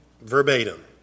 verbatim